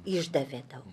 išdavė tau